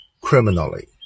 criminally